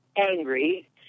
angry